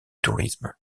tourisme